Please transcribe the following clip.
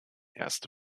erste